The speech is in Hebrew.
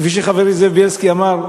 כפי שחברי זאב בילסקי אמר,